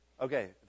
okay